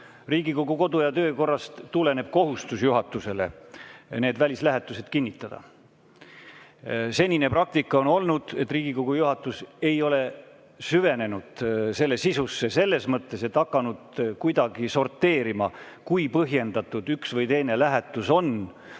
Riigikogu kodu- ja töökorrast tuleneb juhatuse kohustus välislähetused kinnitada. Senine praktika on olnud selline, et Riigikogu juhatus ei ole süvenenud sisusse selles mõttes, et oleks hakatud kuidagi sorteerima, kui põhjendatud üks või teine lähetus on ja